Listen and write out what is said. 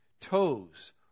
Toes